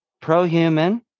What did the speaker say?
pro-human